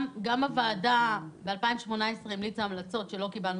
גם הוועדה שאתה מזכיר כאן נתנה המלצות שלא קיבלנו